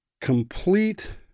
complete